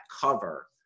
cover